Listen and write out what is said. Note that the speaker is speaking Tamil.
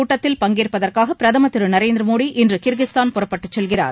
கூட்டத்தில் பங்கேற்பதற்காக பிரதமர் திரு நரேந்திர மோடி இன்று கிர்கிஸ்தான் புறப்பட்டுச் செல்கிறார்